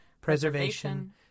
preservation